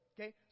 Okay